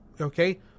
okay